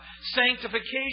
Sanctification